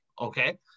okay